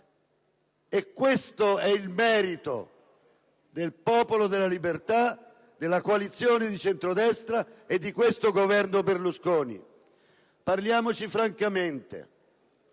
Questo è il merito del Popolo della Libertà, della coalizione di centrodestra e di questo Governo Berlusconi. Parliamoci francamente: